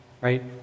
Right